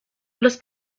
los